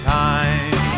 time